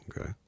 Okay